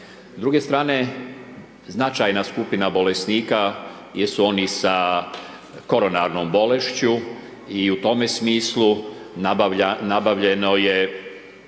S druge strane značajna skupina bolesnika jesu oni sa koronarnom bolešću i u tome smislu nabavljeno je